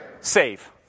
save